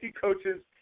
coaches